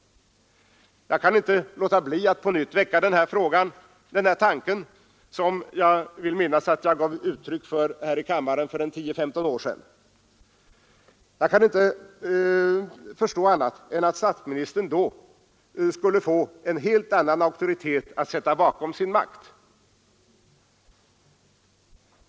Jag kan inte låta bli att väcka den tanken, som jag vill minnas att jag gav uttryck för i riksdagen för 10—15 år sedan. Jag kan inte förstå annat än att statsministern med detta förslag skulle få en helt annan auktoritet att sätta bakom sin makt.